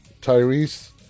Tyrese